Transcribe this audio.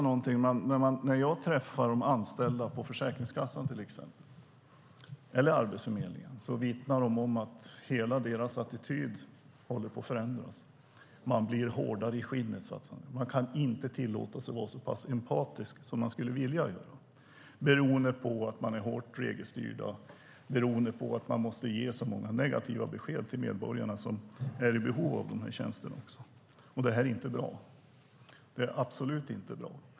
När jag träffar de anställda på Försäkringskassan eller Arbetsförmedlingen vittnar de om att hela deras attityd håller på att förändras. Man blir hårdare i skinnet. Man kan inte tillåta sig att vara så empatisk som man skulle vilja, eftersom man är så hårt regelstyrd och måste ge så många negativa besked till medborgare som är i behov av dessa tjänster. Detta är absolut inte bra.